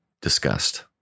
discussed